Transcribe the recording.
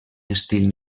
estil